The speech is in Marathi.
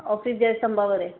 ऑफिस जयस्तंभावर आहे